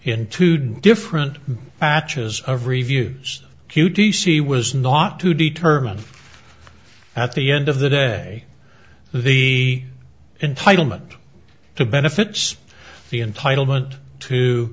in two different acheson of reviews q t c was not to determine at the end of the day the entitlement to benefits the entitlement to